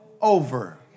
over